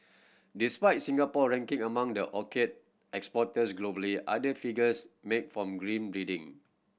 despite Singapore ranking among the orchid exporters globally other figures make for grim reading